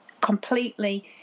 completely